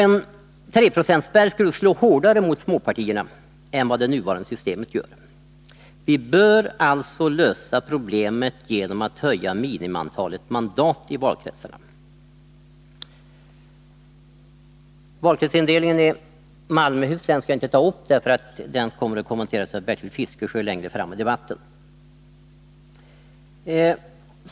En treprocentspärr skulle slå hårdare mot småpartierna än vad det nuvarande systemet gör. Vi bör alltså lösa problemet genom att höja minimiantalet mandat i valkretsarna. Valkretsindelningen i Malmöhus län skall jag inte ta upp, eftersom den kommer att kommenteras av Bertil Fiskesjö längre fram i debatten.